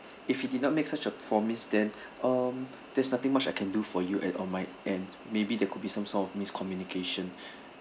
if he did not make such a promise then um there's nothing much I can do for you at on my end maybe there could be some sort of miscommunication